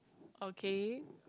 okay